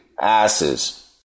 Asses